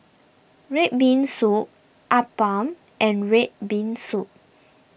Red Bean Soup Appam and Red Bean Soup